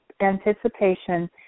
anticipation